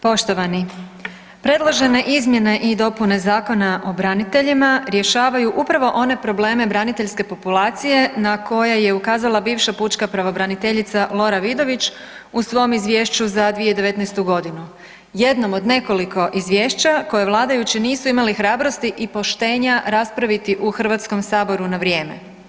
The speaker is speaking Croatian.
Poštovani, predložene izmjene i dopune Zakona o braniteljima rješavaju upravo one probleme braniteljske populacije na koje je ukazala bivša pučka pravobraniteljica Lora Vidović u svom izvješću za 2019.g., jednom od nekoliko izvješća koje vladajući nisu imali hrabrosti i poštenja raspraviti u HS na vrijeme.